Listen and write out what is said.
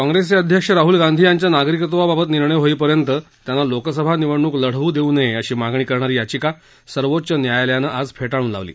काँग्रेसचे अध्यक्ष राहल गांधी यांच्या नागरिकत्वाबाबत निर्णय होईपर्यंत त्यांना लोकसभा निवडणूक लढवू देऊ नये अशी मागणी करणारी याचिका सर्वोच्च न्यायालयालानं आज फेटाळून लावली